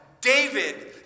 David